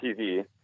TV